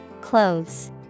Clothes